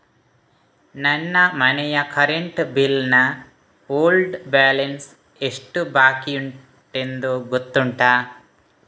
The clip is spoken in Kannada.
ನನ್ನ ಮನೆಯ ಕರೆಂಟ್ ಬಿಲ್ ನ ಓಲ್ಡ್ ಬ್ಯಾಲೆನ್ಸ್ ಎಷ್ಟು ಬಾಕಿಯುಂಟೆಂದು ಗೊತ್ತುಂಟ?